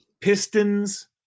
pistons